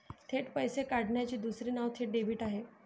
थेट पैसे काढण्याचे दुसरे नाव थेट डेबिट आहे